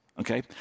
okay